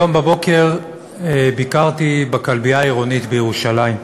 היום בבוקר ביקרתי בכלבייה העירונית בירושלים,